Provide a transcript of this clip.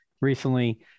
recently